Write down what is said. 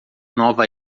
nova